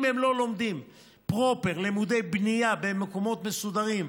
אם הם לא לומדים פרופר לימודי בנייה במקומות מסודרים,